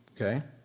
Okay